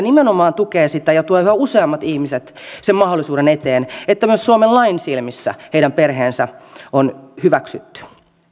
nimenomaan tukee sitä ja tuo yhä useammat ihmiset sen mahdollisuuden eteen että myös suomen lain silmissä heidän perheensä on hyväksytty